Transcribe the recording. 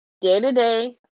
day-to-day